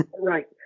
right